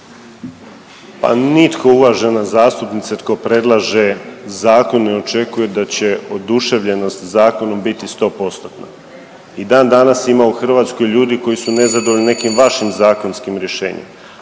Pa nitko uvažena zastupnice tko predlaže zakon ne očekuje da će oduševljenost zakonom biti 100%-tna. I dan danas ima u Hrvatskoj ljudi koji su nezadovoljni nekim vašim zakonskim rješenjima,